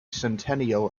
centennial